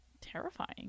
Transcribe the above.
terrifying